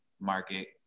market